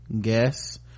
guess